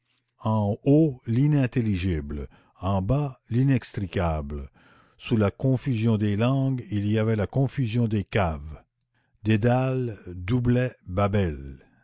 en haut l'inintelligible en bas l'inextricable sous la confusion des langues il y avait la confusion des caves dédale doublait babel